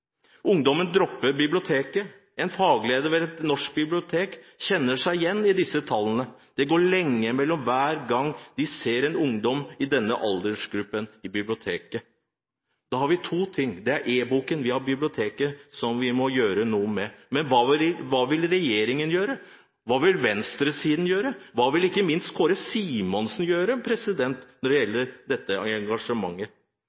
Ungdommen dropper biblioteket. En fagleder ved et norsk bibliotek kjenner seg igjen i disse tallene. Det går lenge mellom hver gang de ser en ungdom i denne aldersgruppen i biblioteket. Da har vi to ting vi må gjøre noe med: Det er e-boken, og det er biblioteket. Men hva vil regjeringen gjøre? Hva vil venstresiden gjøre? Hva vil ikke minst Kåre Simensen gjøre når det